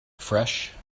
fresh